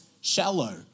shallow